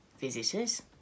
Visitors